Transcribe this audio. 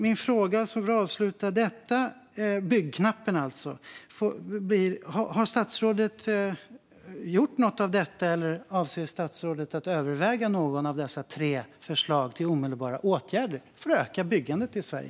Min avslutande fråga får bli: Har statsrådet gjort något av detta, eller avser statsrådet att överväga något av dessa tre förslag till omedelbara åtgärder för att öka byggandet i Sverige?